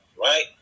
Right